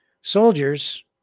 soldiers